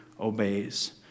obeys